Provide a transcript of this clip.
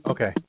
Okay